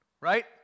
right